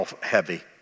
heavy